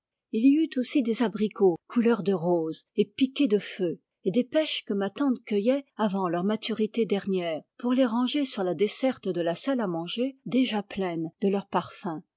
il y eut aussi des abricots couleur de rose et piqués de feu et des pêches que ma tante cueillait avant leur maturité dernière pour les ranger sur la desserte de la salle à manger déjà pleine de leur parfum